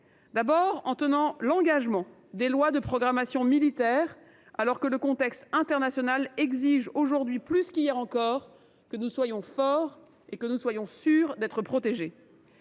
d’abord, en tenant l’engagement des lois de programmation militaire, alors que le contexte international exige aujourd’hui plus qu’hier que nous soyons forts et sûrs d’être protégés